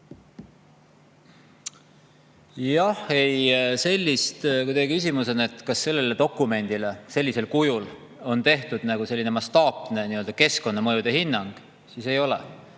Kui teie küsimus on, kas sellele dokumendile sellisel kujul on tehtud mastaapne keskkonnamõju hinnang, siis ei ole.